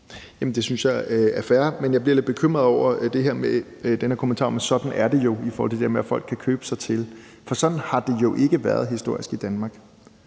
(EL): Det synes jeg er fair, men jeg bliver lidt bekymret over den her kommentar om, at sådan er det jo, altså i forhold til det der med, at folk kan købe sig til det. For sådan har det jo ikke været historisk i Danmark;